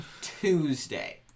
Tuesday